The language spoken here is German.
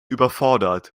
überfordert